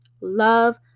love